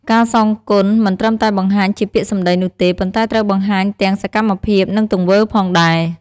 ការសងគុណមិនត្រឹមតែបង្ហាញជាពាក្យសម្ដីនោះទេ ប៉ុន្តែត្រូវបង្ហាញទាំងសកម្មភាពនិង ទង្វើផងដែរ។